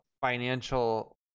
financial